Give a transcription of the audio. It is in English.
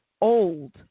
old